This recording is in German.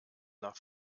nach